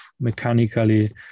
mechanically